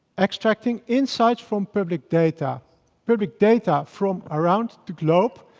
extracting insights from public data public data from around the globe,